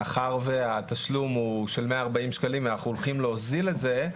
מאחר והתשלום הוא של 140 שקלים ואנחנו הולכים להוזיל את זה,